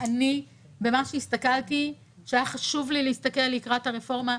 אני ממש הסתכלתי והיה חשוב לי להסתכל לקראת הרפורמה,